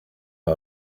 aho